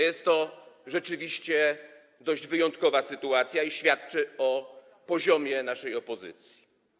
Jest to rzeczywiście dość wyjątkowa sytuacja i świadczy o poziomie naszej opozycji.